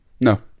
No